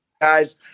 guys